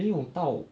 没有到